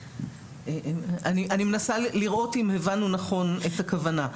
אני מנסה לראות אם הבנו נכון את הכוונה.